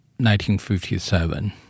1957